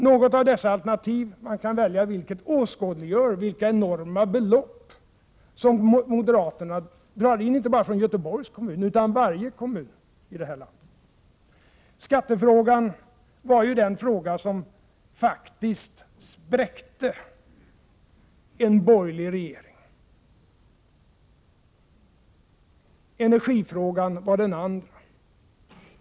Något av dessa alternativ — man kan välja vilket — åskådliggör vilka enorma belopp som moderaterna drar in inte bara från Göteborgs kommun utan från varje kommun i landet. Skattefrågan var ju den fråga som faktiskt spräckte en borgerlig regering. Energifrågan var den andra.